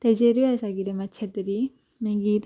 तेजेरूय आसा कितें मातशें तरी मागीर